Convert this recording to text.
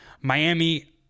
Miami